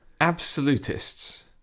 Absolutists